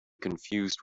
confused